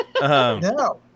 No